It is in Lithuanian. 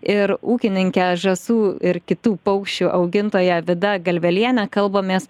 ir ūkininke žąsų ir kitų paukščių augintoja vida galvelienė kalbamės